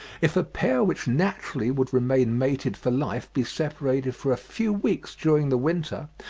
if a pair which naturally would remain mated for life be separated for a few weeks during the winter,